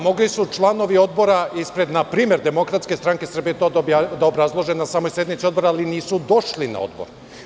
Mogli su članovi odbora ispred, na primer, DSS to da obrazlože na samoj sednici odbora, ali nisu došli na odbor.